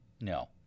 no